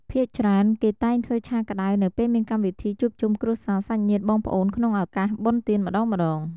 ភាគច្រើនគេតែងធ្វើឆាក្តៅ នៅពេលមានកម្មវិធីជួបជុំគ្រួសារសាច់ញាតិបងប្អូនក្នុងឳកាសបុណ្យទានម្តងៗ។